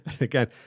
Again